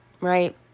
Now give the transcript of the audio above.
Right